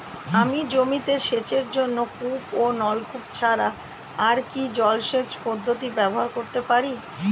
আমি জমিতে সেচের জন্য কূপ ও নলকূপ ছাড়া আর কি জলসেচ পদ্ধতি ব্যবহার করতে পারি?